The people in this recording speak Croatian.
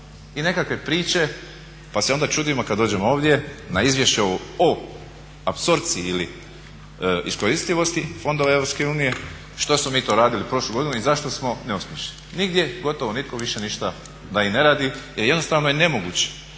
i nekakve priče pa se onda čudimo kad dođemo ovdje na izvješće o apsorpciji ili iskoristivosti fondova EU što smo mi to radili prošlu godinu i zašto smo neuspješni. Nigdje gotovo nitko gotovo ništa da i ne radi jer jednostavno je nemoguće.